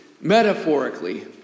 metaphorically